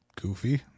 goofy